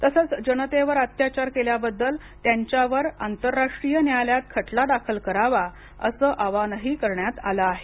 तसंच जनतेवर अत्याचार केल्याबद्दल त्यांच्यावर आंतरराष्ट्रीय न्यायालयात खटला दाखल करावा असंही आवाहन करण्यात आलं आहे